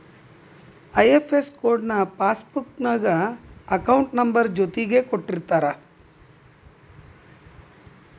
IFS code ನ passbook ನ್ಯಾಗ account number ಜೊತಿಗೆ ಕೊಟ್ಟಿರ್ತಾರ